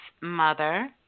mother